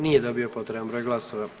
Nije dobio potreban broj glasova.